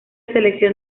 selección